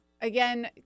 Again